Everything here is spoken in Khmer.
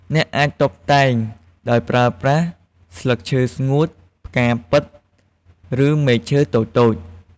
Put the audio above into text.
អ្នកអាចតុបតែងដោយប្រើប្រាស់ស្លឹកឈើស្ងួត ផ្កាពិត ឬមែកឈើតូចៗ។